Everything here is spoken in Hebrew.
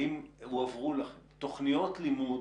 האם הועברו לכם תוכניות לימוד